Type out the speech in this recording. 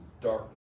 dark